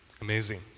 Amazing